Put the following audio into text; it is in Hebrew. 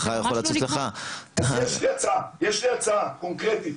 יש לי הצעה קונקרטית.